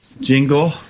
jingle